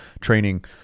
training